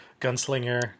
gunslinger